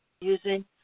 Using